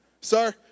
sir